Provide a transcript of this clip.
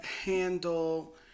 handle